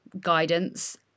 guidance